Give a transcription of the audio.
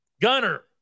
gunner